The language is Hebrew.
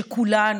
שכולנו,